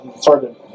sorry